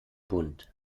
bunt